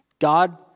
God